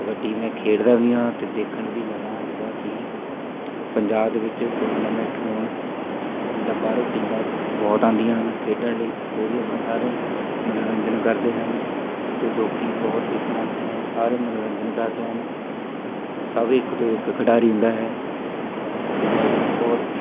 ਕਬੱਡੀ ਮੈਂ ਖੇਡਦਾ ਵੀ ਹਾਂ ਅਤੇ ਦੇਖਣ ਵੀ ਜਾਂਦਾ ਹਾਂ ਜਿੱਦਾਂ ਕਿ ਪੰਜਾਬ ਦੇ ਵਿੱਚ ਟੂਰਨਾਮੈਂਟ ਹੋਣ ਜਿੱਦਾਂ ਬਾਹਰੋਂ ਟੀਮਾਂ ਬਹੁਤ ਆਉਂਦੀਆਂ ਹਨ ਖੇਡਣ ਲਈ ਉਹ ਵੀ ਆਪਣਾ ਸਾਰੇ ਮਨੋਰੰਜਨ ਕਰਦੇ ਹਨ ਅਤੇ ਲੋਕ ਬਹੁਤ ਦੇਖਣ ਆਉਂਦੇ ਹਨ ਸਾਰੇ ਮਨੋਰੰਜਨ ਕਰਦੇ ਹਨ ਸਭ ਇੱਕ ਤੋਂ ਇੱਕ ਖਿਡਾਰੀ ਹੁੰਦਾ ਹੈ ਅਤੇ ਮੈਂ ਵੀ ਬਹੁਤ